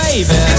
Baby